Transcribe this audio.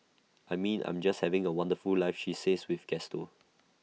I mean I'm just having A wonderful life she says with gusto